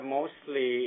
mostly